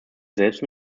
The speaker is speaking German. selbst